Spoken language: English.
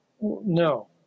no